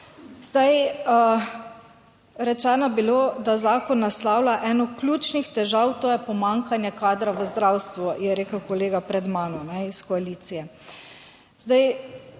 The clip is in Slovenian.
Rečeno je bilo, da zakon naslavlja eno ključnih težav, to je pomanjkanje kadra v zdravstvu, je rekel kolega pred mano iz koalicije.